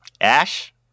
Ash